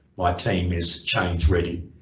my team is change ready.